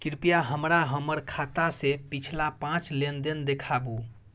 कृपया हमरा हमर खाता से पिछला पांच लेन देन देखाबु